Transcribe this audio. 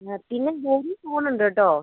പിന്നെ വേറെയും ഫോൺ ഉണ്ട് കേട്ടോ